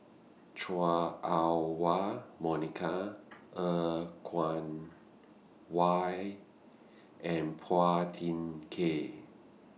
Chua Ah Huwa Monica Er Kwong Why and Phua Thin Kiay